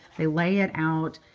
they lay it out.